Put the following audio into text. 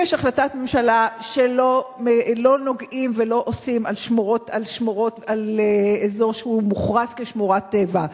אם יש החלטת ממשלה שלא נוגעים ולא עושים באזור שהוא מוכרז כשמורת טבע,